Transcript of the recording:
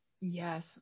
yes